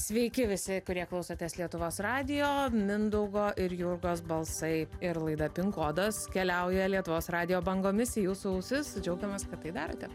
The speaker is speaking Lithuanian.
sveiki visi kurie klausotės lietuvos radijo mindaugo ir jurgos balsai ir laida pin kodas keliauja lietuvos radijo bangomis į jūsų ausis džiaugiamės kad tai darote